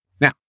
Now